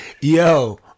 yo